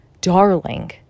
darling